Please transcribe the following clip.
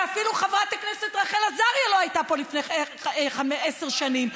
ואפילו חברת הכנסת רחל עזריה לא הייתה פה לפני עשר שנים,